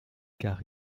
car